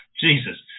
Jesus